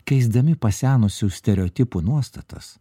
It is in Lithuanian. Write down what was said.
keisdami pasenusių stereotipų nuostatas